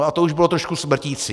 A to už bylo trošku smrtící.